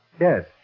Yes